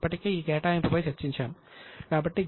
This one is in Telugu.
మనము ఇప్పటికే ఈ కేటాయింపుపై చర్చించాము